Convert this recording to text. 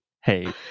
hey